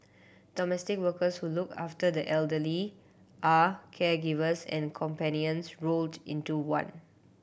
domestic workers who look after the elderly are caregivers and companions rolled into one